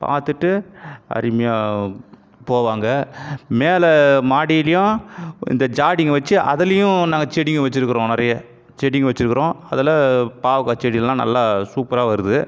பார்த்துட்டு அருமையாக போவாங்க மேலே மாடியிலியும் இந்த ஜாடிங்கள் வச்சு அதுலியும் நாங்கள் செடிங்க வச்சுருக்குறோம் நிறைய செடிங்க வச்சுருக்குறோம் அதில் பாவக்காய் செடியெல்லாம் நல்லா சூப்பராக வருது